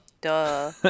Duh